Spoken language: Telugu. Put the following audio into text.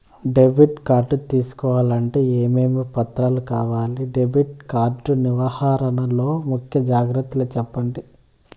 డెబిట్ కార్డు తీసుకోవాలంటే ఏమేమి పత్రాలు కావాలి? డెబిట్ కార్డు నిర్వహణ లో ముఖ్య జాగ్రత్తలు సెప్పండి?